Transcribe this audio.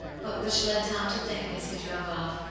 but which led tom to think, as he drove off,